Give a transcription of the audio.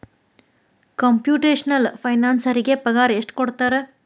Computational ಫೈನಾನ್ಸರಿಗೆ ಪಗಾರ ಎಷ್ಟ್ ಕೊಡ್ತಾರ?